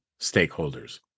stakeholders